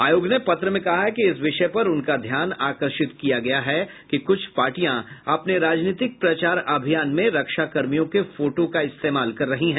आयोग ने पत्र में कहा है कि इस विषय पर उनका ध्यान आकर्षित किया गया है कि क्छ पार्टियां अपने राजनीतिक प्रचार अभियान में रक्षाकर्मियों के फोटो का इस्तेमाल कर रही हैं